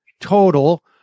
total